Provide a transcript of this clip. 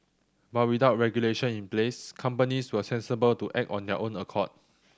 but without regulation in place companies were sensible to act on their own accord